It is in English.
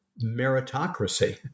meritocracy